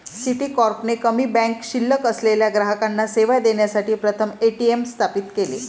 Citicorp ने कमी bank शिल्लक असलेल्या ग्राहकांना सेवा देण्यासाठी प्रथम ए.टी.एम स्थापित केले